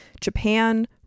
Japan